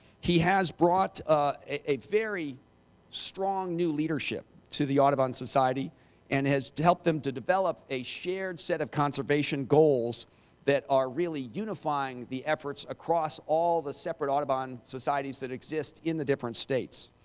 he has brought ah a very strong new leadership to the audubon society and has helped them to develop a shared set of conservation goals that are really unifying the efforts across all the separate audubon societies that exist in the different states.